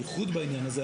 הייחוד בעניין הזה,